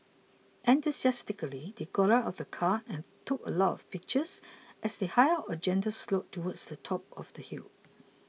enthusiastically they got out of the car and took a lot of pictures as they hiked up a gentle slope towards the top of the hill